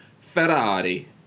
Ferrari